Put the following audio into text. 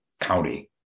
county